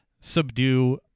subdue